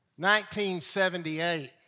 1978